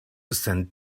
sent